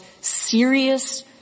serious